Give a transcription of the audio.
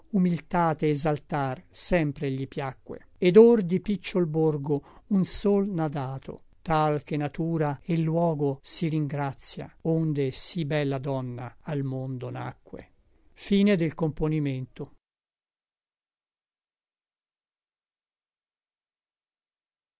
humiltate exaltar sempre gli piacque ed or di picciol borgo un sol n'à dato tal che natura e l luogo si ringratia onde sí bella donna al mondo nacque